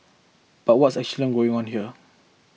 but what's actually going on here